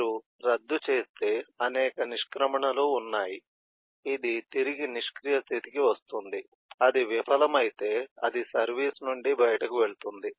మీరు రద్దు చేస్తే అనేక నిష్క్రమణలు ఉన్నాయి ఇది తిరిగి నిష్క్రియ స్థితికి వస్తుంది అది విఫలమైతే అది సర్వీస్ నుండి బయటకు వెళుతుంది